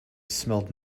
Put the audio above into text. smelled